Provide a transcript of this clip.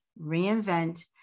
reinvent